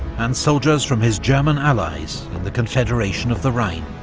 and soldiers from his german allies in the confederation of the rhine.